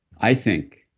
i think,